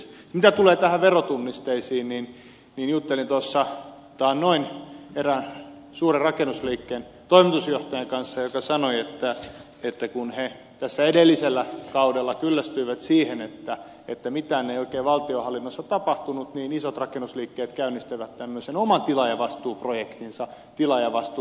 mitä tulee näihin verotunnisteisiin niin juttelin taannoin erään suuren rakennusliikkeen toimitusjohtajan kanssa joka sanoi että kun he tässä edellisellä kaudella kyllästyivät siihen että mitään ei oikein valtionhallinnossa tapahtunut niin isot rakennusliikkeet käynnistivät tämmöisen oman tilaajavastuuprojektinsa tilaajavastuu